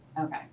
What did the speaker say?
Okay